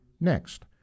next